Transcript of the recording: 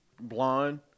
Blonde